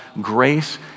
grace